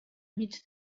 mig